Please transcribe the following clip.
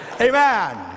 amen